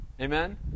Amen